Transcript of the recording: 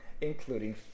including